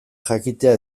jakitea